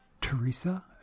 Teresa